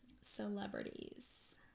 celebrities